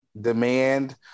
demand